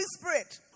Spirit